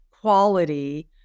quality